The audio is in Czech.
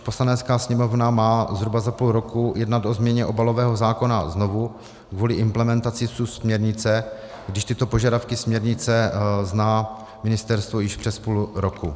Poslanecká sněmovna má zhruba za půl roku jednat o změně obalového zákona znovu kvůli implementaci subsměrnice, když tyto požadavky směrnice zná ministerstvo již přes půl roku.